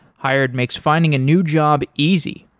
hired makes finding a new job easy.